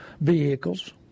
vehicles